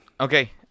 Okay